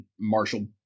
Marshall